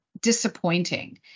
disappointing